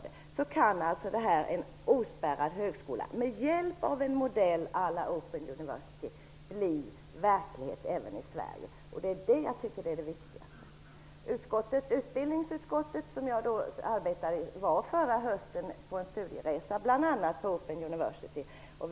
En ospärrad högskola kan, med hjälp av en modell à la Open University, bli verklighet även i Sverige. Det är det viktiga. Utbildningsutskottet, som jag tillhör, var förra hösten under sin studieresa på bl.a. Open University.